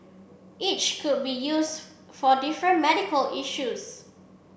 each could be used for different medical issues